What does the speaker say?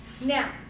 Now